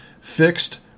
fixed